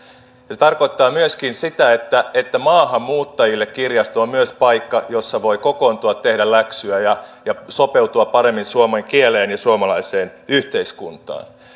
se se tarkoittaa myöskin sitä että että maahanmuuttajille kirjasto on myös paikka jossa voi kokoontua tehdä läksyjä ja ja sopeutua paremmin suomen kieleen ja suomalaiseen yhteiskuntaan